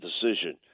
decision